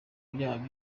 byaha